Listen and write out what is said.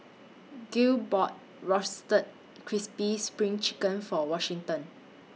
Gale bought Roasted Crispy SPRING Chicken For Washington